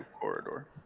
corridor